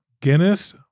Guinness